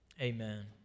Amen